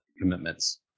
commitments